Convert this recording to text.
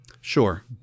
Sure